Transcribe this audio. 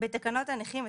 בתקנות הנכים,